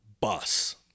bus